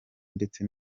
ndetse